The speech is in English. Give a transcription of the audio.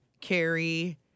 Carrie